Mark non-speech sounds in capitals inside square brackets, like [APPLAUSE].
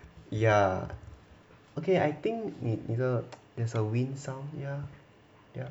[BREATH] ya okay I think 你你的 there's a wind sound ya ya